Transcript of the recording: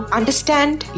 understand